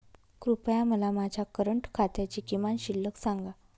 कृपया मला माझ्या करंट खात्याची किमान शिल्लक सांगा